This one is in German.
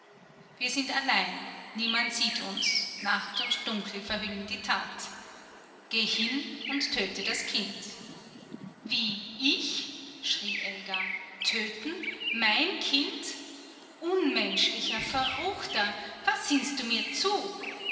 wir sind allein niemand sieht uns nacht und dunkel verhüllen die tat geh hin und töte das kind wie ich schrie elga töten mein kind unmenschlicher verruchter was sinnst du mir zu